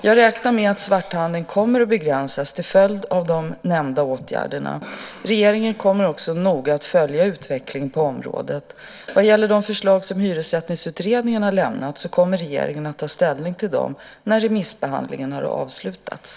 Jag räknar med att svarthandeln kommer att begränsas till följd av de nämnda åtgärderna. Regeringen kommer också att noggrant följa utvecklingen på området. Vad gäller de förslag som Hyressättningsutredningen har lämnat, kommer regeringen att ta ställning till dem sedan remissbehandlingen har avslutats.